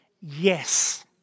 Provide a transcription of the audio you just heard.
yes